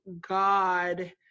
God